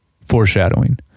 foreshadowing